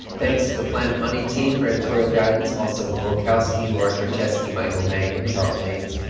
thanks to the planet money team for editorial guidance, also lu olkowski, laura starecheski, michael may and charles maynes.